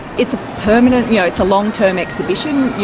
it's a permanent, yeah it's a long-term exhibition. you